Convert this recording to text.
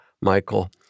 Michael